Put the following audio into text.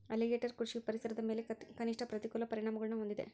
alligator ಕೃಷಿಯು ಪರಿಸರದ ಮೇಲೆ ಕನಿಷ್ಠ ಪ್ರತಿಕೂಲ ಪರಿಣಾಮಗುಳ್ನ ಹೊಂದಿದೆ